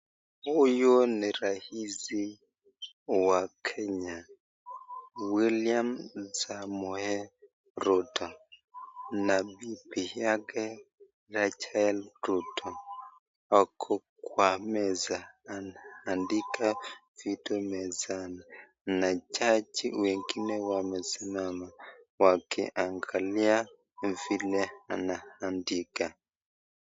Huyu ni rais wa Kenya William Samoei Rutto na nibi yake Rachael Rutto wako kwa meza. Wanaandika vitu mezani na jaji wengine wamesimama wakiangalia vile anaandika.